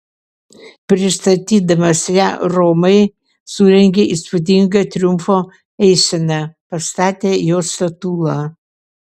pristatydamas ją romai surengė įspūdingą triumfo eiseną pastatė jos statulą